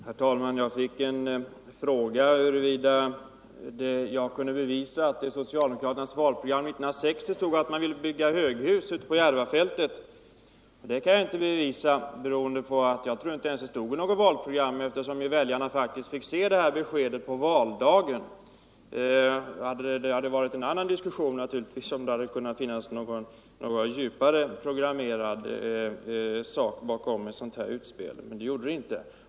Herr talman! Jag fick en fråga huruvida jag kunde bevisa att det i socialdemokraternas valprogram år 1960 stod att man ville bygga höghus ute på Järvafältet. Det kan jag inte bevisa; jag tror inte ens att det stod i något valprogram, eftersom väljarna faktiskt fick det här beskedet på valdagen. Diskussionen hade naturligtvis varit en annan om det hade funnits några djupare programmeringar bakom ett utspel av det här slaget, men det gjorde det inte.